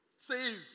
Says